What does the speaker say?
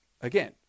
again